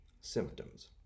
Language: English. symptoms